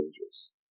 dangerous